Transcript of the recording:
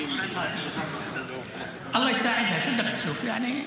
(אומר בערבית: אללה יעזור ---) יעני,